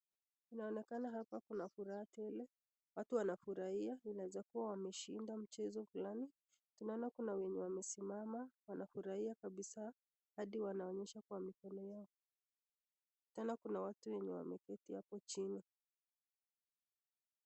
inaonakana hapa kuna furaha tele watu wanafurahia inawzakuwa wameshinda mchezo fulani naona kuna wenye wamesimama wanafurahia kabisaa hadi wanaonyesha kwa mkono yako tena kuna watu wameketi hapo chini.